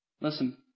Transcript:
Listen